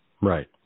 Right